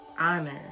honor